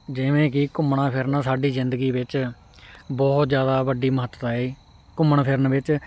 ਜਿਵੇਂ ਕਿ ਘੁੰਮਣਾ ਫਿਰਨਾ ਸਾਡੀ ਜ਼ਿੰਦਗੀ ਵਿੱਚ ਬਹੁਤ ਜ਼ਿਆਦਾ ਵੱਡੀ ਮਹੱਤਤਾ ਹੈ ਘੁੰਮਣ ਫਿਰਨ ਵਿੱਚ